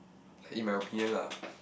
in my opinion lah